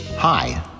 Hi